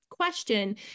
Question